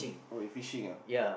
oh you fishing ah